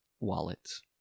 wallets